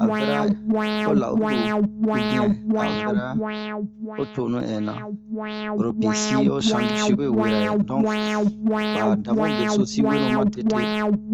a vɛra ho lɔ'ɔri, ubiɛn a vɛra ho tonu ɛn na. Oro bie si ho sandusi we werayɛ, ba dabun beso sin wenu matete.